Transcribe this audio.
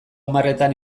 hamarretan